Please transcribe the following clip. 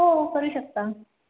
हो करू शकता